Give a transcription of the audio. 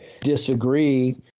disagree